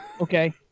Okay